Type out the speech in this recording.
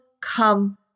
come